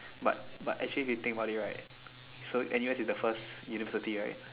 but but actually if you think about it right so N_U_S is the first university right